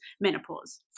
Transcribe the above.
menopause